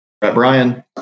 Brian